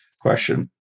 question